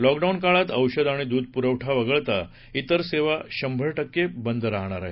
lockdown काळात औषध आणि दूध पुरवठा वगळता तिर सेवा शंभर टक्के बंद राहणार आहेत